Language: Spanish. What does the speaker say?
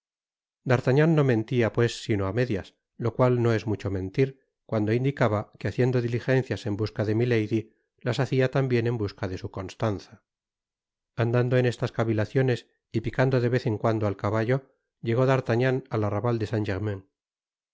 d'artagnan no ment a pues sino á medias lo cual no es mucho mentir cuando indicaba que haciendo diligencias en busca de milady las hacia tambien en busca de su constanza andando en estas cavilaciones y picando de vez en cuando al caballo llegó d'artagnan al arrabal desaint germain acababa de pasar